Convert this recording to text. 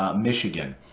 um michigan.